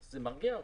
זה מרגיע אותו.